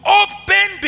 open